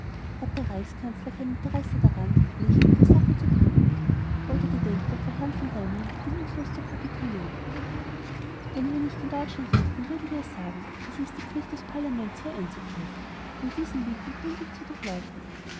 hat der reichskanzler kein interesse daran licht in die sache zu bringen oder gedenkt er vor herrn von deimling bedingungslos zu kapitulieren wenn wir nicht in deutschland lebten würden wir sagen es ist die pflicht des parlaments hier einzugreifen und diesen winkel gründlich zu durchleuchten